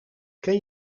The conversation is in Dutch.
ken